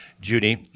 Judy